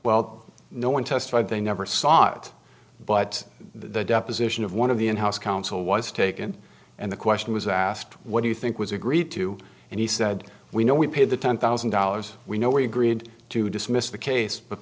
well no one testified they never saw it but the deposition of one of the in house counsel was taken and the question was asked what do you think was agreed to and he said we know we paid the ten thousand dollars we know we agreed to dismiss the case but